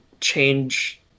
change